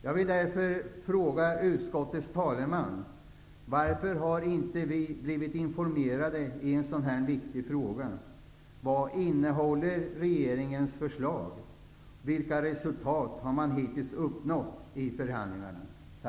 Jag vill därför fråga utskottets talesman, varför vi inte har blivit informerade i en sådan viktig fråga. Vad innehåller regeringens förslag? Vilka resultat har man hittills uppnått i förhandlingarna?